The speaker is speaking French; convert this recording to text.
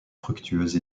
fructueuse